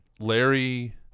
Larry